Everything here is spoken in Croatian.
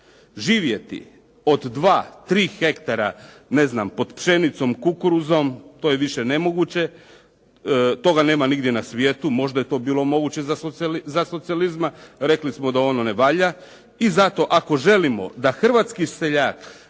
živjeti od 2, 3 hektara, ne znam pod pšenicom, kukuruzom, to je više nemoguće. Toga nema nigdje na svijetu. Možda je to bilo moguće za socijalizma. Rekli smo da ono ne valja i zato ako želimo da hrvatski seljak